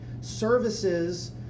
services